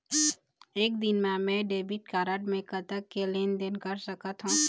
एक दिन मा मैं डेबिट कारड मे कतक के लेन देन कर सकत हो?